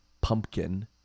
pumpkin